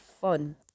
fun